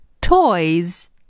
toys